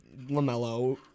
LaMelo